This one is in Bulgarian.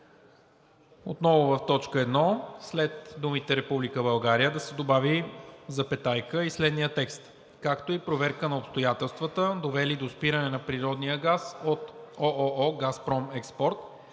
Отново в т. 1 след думите „Република България“ да се добави запетая и следният текст: „както и проверка на обстоятелствата, довели до спиране на природния газ от ООО „Газпром Експорт“